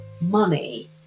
money